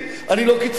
אני לא כזה קיצוני,